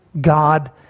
God